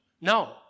No